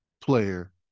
player